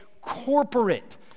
corporate